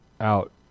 out